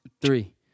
three